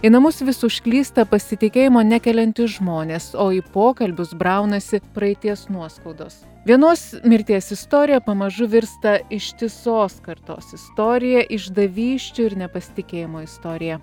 į namus vis užklysta pasitikėjimo nekeliantys žmonės o į pokalbius braunasi praeities nuoskaudos vienos mirties istorija pamažu virsta ištisos kartos istorija išdavysčių ir nepasitikėjimo istorija